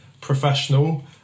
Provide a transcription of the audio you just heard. professional